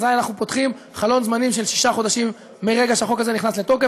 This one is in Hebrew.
אזי אנחנו פותחים חלון זמנים של שישה חודשים מרגע שהחוק הזה נכנס לתוקף,